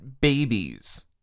babies